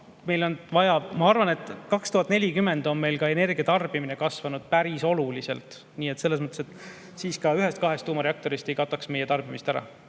ma arvan, et 2040 on meil ka energia tarbimine kasvanud päris oluliselt, nii et selles mõttes siis ka üks-kaks tuumareaktorit ei kataks meie tarbimist ära.